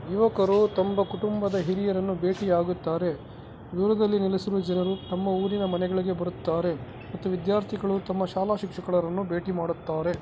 ಯುವಕರು ತಮ್ಮ ಕುಟುಂಬದ ಹಿರಿಯರನ್ನು ಭೇಟಿಯಾಗುತ್ತಾರೆ ದೂರದಲ್ಲಿ ನೆಲೆಸಿರುವ ಜನರು ತಮ್ಮ ಊರಿನ ಮನೆಗಳಿಗೆ ಬರುತ್ತಾರೆ ಮತ್ತು ವಿದ್ಯಾರ್ಥಿಗಳು ತಮ್ಮ ಶಾಲಾ ಶಿಕ್ಷಕರನ್ನು ಭೇಟಿ ಮಾಡುತ್ತಾರೆ